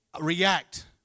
react